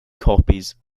copies